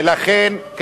ולכן,